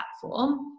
platform